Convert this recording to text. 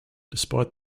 despite